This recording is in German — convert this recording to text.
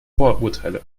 vorurteile